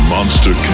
Monster